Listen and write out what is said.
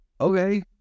okay